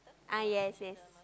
ah yes yes